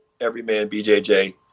EverymanBJJ